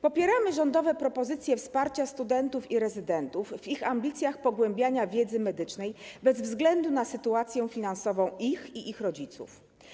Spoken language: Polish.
Popieramy rządowe propozycje wsparcia studentów i rezydentów w ich ambicjach pogłębiania wiedzy medycznej bez względu na sytuację finansową ich i ich rodziców.